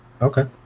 okay